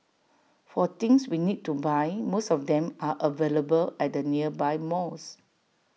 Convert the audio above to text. for things we need to buy most of them are available at the nearby malls